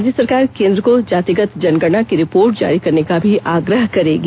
राज्य सरकार केन्द्र को जातिगत जनगणना की रिपोर्ट जारी करने का भी आग्रह करेगी